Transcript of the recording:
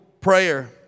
Prayer